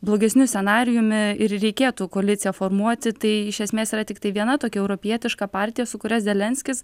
blogesniu scenarijumi ir reikėtų koaliciją formuoti tai iš esmės yra tiktai viena tokia europietiška partija su kuria zelenskis